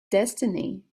destiny